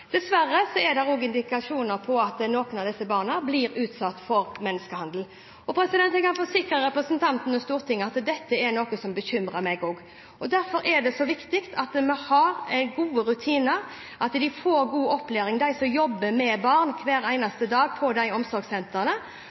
er det også indikasjoner på at noen av disse barna blir utsatt for menneskehandel. Jeg kan forsikre representanten og Stortinget om at dette er noe som bekymrer meg også. Derfor er det så viktig at vi har gode rutiner, at de får god opplæring, de som jobber med barn hver eneste dag på omsorgssentrene, og at det er barnefaglig kompetanse på asylmottakene for enslige mindreårige. De